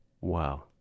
Wow